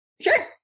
Sure